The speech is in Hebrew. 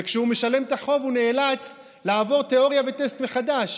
וכשהוא משלם את החוב הוא נאלץ לעבור תיאוריה וטסט מחדש.